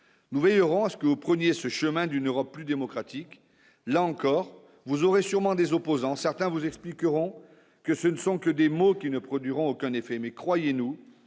Nous veillerons à ce que vous preniez ce chemin d'une Europe plus démocratique, là encore vous aurez sûrement des opposants, certains vous expliqueront que ce ne sont que des mots qui ne produiront aucun effet mais croyez-nous,